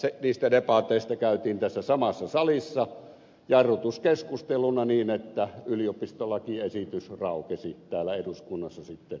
eräs niistä debateista käytiin tässä samassa salissa jarrutuskeskusteluna niin että yliopistolakiesitys raukesi täällä eduskunnassa sitten vaaleihin